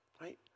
Right